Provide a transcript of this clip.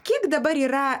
kiek dabar yra